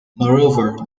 moreover